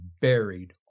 buried